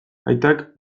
aitak